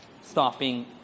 stopping